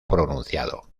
pronunciado